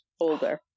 older